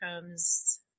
comes